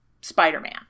Spider-Man